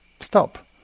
stop